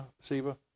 Siva